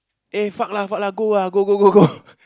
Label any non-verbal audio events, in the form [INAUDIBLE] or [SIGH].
eh fuck lah fuck lah go ah go go go go [LAUGHS]